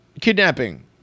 Kidnapping